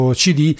cd